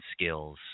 skills